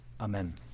Amen